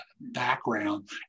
background